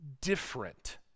different